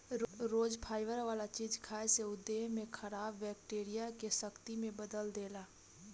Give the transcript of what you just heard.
रोज fibre वाला चीज खाए से उ देह में खराब बैक्टीरिया के शक्ति में बदल देला